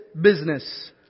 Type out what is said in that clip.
business